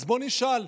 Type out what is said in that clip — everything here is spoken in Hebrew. אז בואו נשאל.